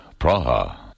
Praha